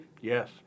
Yes